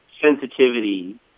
sensitivity